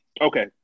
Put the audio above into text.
Okay